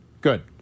Good